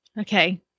Okay